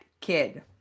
kid